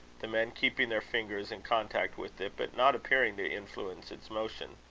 the men keeping their fingers in contact with it, but not appearing to influence its motion.